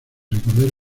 recordar